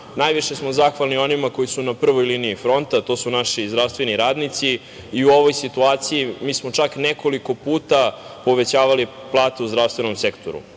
cenu. Najviše smo zahvalni onima koji su na prvoj liniji fronta. To su naši zdravstveni radnici. U ovoj situaciji mi smo čak nekoliko puta povećavali platu zdravstvenom sektoru.